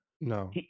No